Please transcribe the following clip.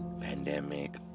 pandemic